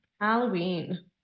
Halloween